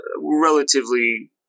relatively